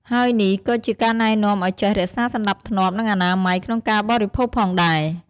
ហើយនេះក៏ជាការណែនាំឲ្យចេះ រក្សាសណ្តាប់ធ្នាប់ និងអនាម័យ ក្នុងការបរិភោគផងដែរ។